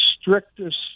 strictest